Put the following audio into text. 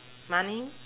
money